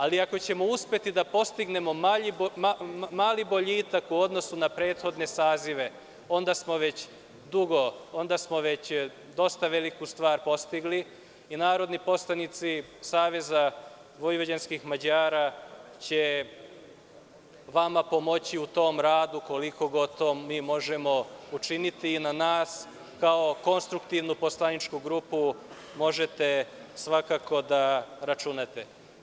Ali, ako ćemo uspeti da postignemo mali boljitak u odnosu na prethodne sazive, onda smo već dosta veliku stvar postigli i narodni poslanici Saveza vojvođanskih Mađara će vama pomoći u tom radu koliko god mi to možemo učiniti i na nas kao konstruktivnu poslaničku grupu možete svakako da računate.